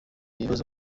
ibibazo